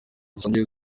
dusangiye